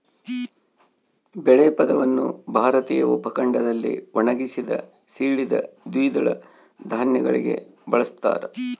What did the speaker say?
ಬೇಳೆ ಪದವನ್ನು ಭಾರತೀಯ ಉಪಖಂಡದಲ್ಲಿ ಒಣಗಿಸಿದ, ಸೀಳಿದ ದ್ವಿದಳ ಧಾನ್ಯಗಳಿಗೆ ಬಳಸ್ತಾರ